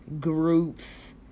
groups